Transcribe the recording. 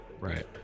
Right